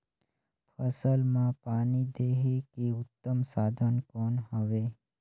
फसल मां पानी देहे के उत्तम साधन कौन हवे?